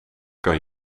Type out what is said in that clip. kan